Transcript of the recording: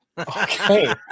Okay